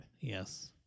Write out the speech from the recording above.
Yes